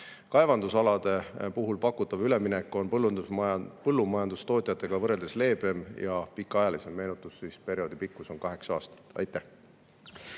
Kaevandusalade puhul pakutav üleminek on põllumajandustootjatega võrreldes leebem ja pikaajalisem. Meenutan, et perioodi pikkus on kaheksa aastat. Rene